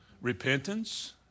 Repentance